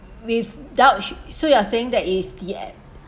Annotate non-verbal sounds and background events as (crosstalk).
without sh~ so you are saying that if the (noise)